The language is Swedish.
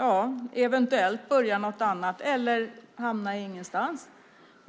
att eventuellt börja en annan eller hamna ingenstans?